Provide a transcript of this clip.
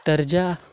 درجہ